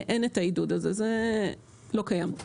זה לא קיים.